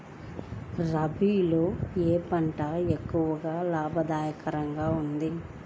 రబీలో ఏ పంట ఎక్కువ లాభదాయకంగా ఉంటుంది?